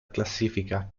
classifica